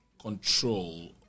control